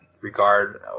regard